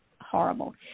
horrible